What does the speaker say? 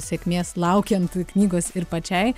sėkmės laukiant knygos ir pačiai